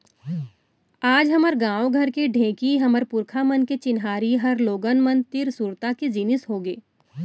आज हमर गॉंव घर के ढेंकी हमर पुरखा मन के चिन्हारी हर लोगन मन तीर सुरता के जिनिस होगे